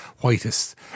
whitest